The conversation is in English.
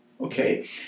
Okay